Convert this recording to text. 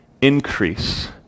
increase